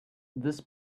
this